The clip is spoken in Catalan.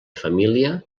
família